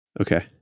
Okay